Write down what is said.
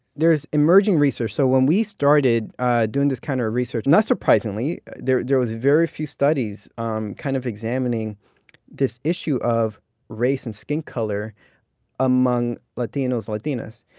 there's emerging research so when we started doing this kind of research, not surprisingly there there was very few studies um kind of examining this issue of race and skin color among latinos and latinas.